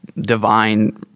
divine